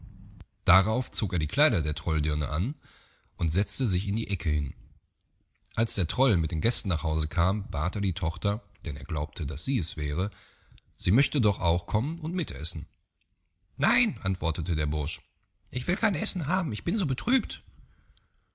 darauf zog er die kleider der trolldirne an und setzte sich in die ecke hin als der troll mit den gästen nach hause kam bat er die tochter denn er glaubte daß sie es wäre sie möchte doch auch kommen und mitessen nein antwortete der bursch ich will kein essen haben ich bin so betrübt